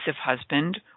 husband